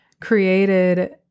created